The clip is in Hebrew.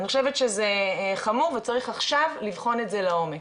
אני חושבת שזה חמור ושצריך עכשיו לבחון את זה לעומק.